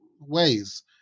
ways